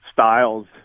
Styles